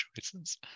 choices